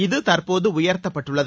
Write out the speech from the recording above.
இத தற்போது உயர்த்தப்பட்டுள்ளது